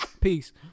peace